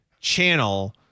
channel